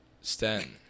Stan